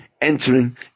entering